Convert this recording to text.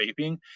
vaping